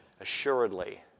Assuredly